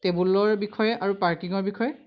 টেবুলৰ বিষয়ে আৰু পাৰ্কিঙৰ বিষয়ে